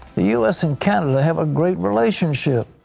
the u s. and canada have a great relationship.